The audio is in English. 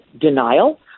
denial